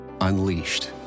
unleashed